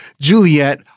Juliet